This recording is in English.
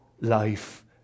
life